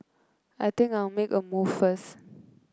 I think I'll make a move first